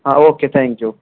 ہاں okay thank you